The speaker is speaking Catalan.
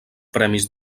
premis